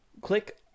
Click